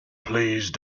please